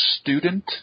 Student